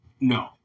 No